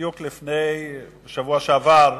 בדיוק בשבוע שעבר,